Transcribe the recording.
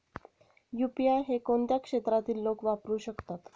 UPI हे कोणत्या क्षेत्रातील लोक वापरू शकतात?